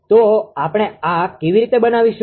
તો આપણે આ કેવી રીતે બનાવીશું